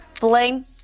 blame